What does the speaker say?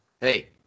Hey